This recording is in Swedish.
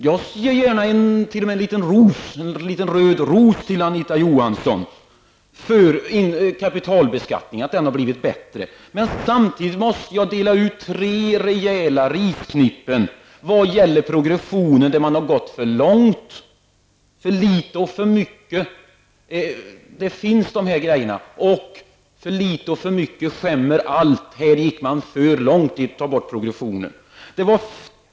Jag ger gärna t.o.m. en liten röd ros till Anita Johansson för att kapitalbeskattningen har blivit bättre. Samtidigt måste jag dela ut tre rejäla risknippen vad gäller progressionen. Om marginalskatterna: För mycket och för litet skämmer allting. Här gick man för långt genom att ta bort progressionen.